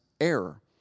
error